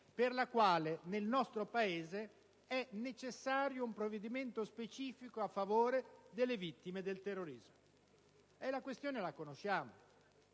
per cui nel nostro Paese è necessario un provvedimento specifico in favore delle vittime del terrorismo. La questione è legata